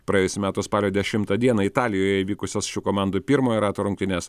praėjusių metų spalio dešimtą dieną italijoje įvykusios šių komandų pirmojo rato rungtynes